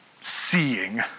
Seeing